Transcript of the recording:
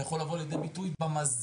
זה יכול לבוא לידי ביטוי במזון,